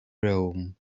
rome